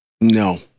No